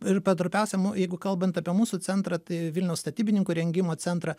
ir per trumpiausią mu jeigu kalbant apie mūsų centrą tai vilniaus statybininkų rengimo centrą